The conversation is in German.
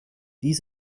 dies